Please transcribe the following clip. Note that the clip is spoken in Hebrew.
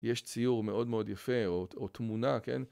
יש ציור מאוד מאוד יפה, או תמונה, כן?